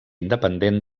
independent